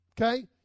okay